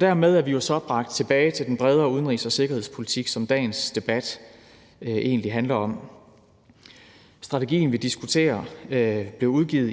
Dermed er vi jo så bragt tilbage til den bredere udenrigs- og sikkerhedspolitik, som dagens debat egentlig handler om. Strategien, vi diskuterer, blev udgivet